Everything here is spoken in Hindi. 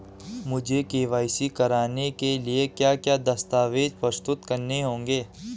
मुझे के.वाई.सी कराने के लिए क्या क्या दस्तावेज़ प्रस्तुत करने होंगे?